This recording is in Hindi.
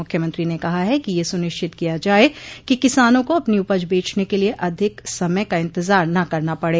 मुख्यमंत्री ने कहा है कि यह सुनिश्चित किया जाय कि किसानों को अपनी उपज बचने के लिये अधिक समय का इंतजार न करना पड़े